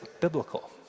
biblical